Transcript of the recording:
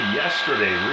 yesterday